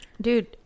dude